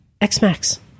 X-Max